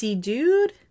dude